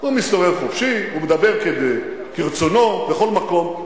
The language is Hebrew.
הוא מסתובב חופשי, הוא מדבר כרצונו בכל מקום.